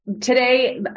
today